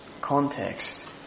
context